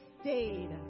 stayed